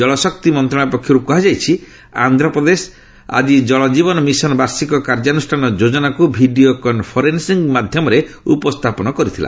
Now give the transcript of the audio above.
ଜଳଶକ୍ତି ମନ୍ତ୍ରଶାଳୟ ପକ୍ଷରୁ କୁହାଯାଇଛି ଆନ୍ଧ୍ରପ୍ରଦେଶ ଆଜି ଜଳକୀବନ ମିଶନ୍ ବାର୍ଷିକ କାର୍ଯ୍ୟାନୁଷ୍ଠାନ ଯୋଜନାକୁ ଭିଡ଼ିଓ କନ୍ଫରେନ୍ସିଂ ମାଧ୍ୟମରେ ଉପସ୍ଥାପନ କରିଛି